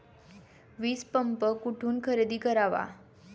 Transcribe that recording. वीजपंप कुठून खरेदी करावा?